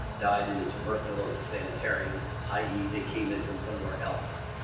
died in a tuberculosis sanatorium, i e. they came in from somewhere else.